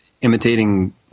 imitating